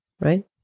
right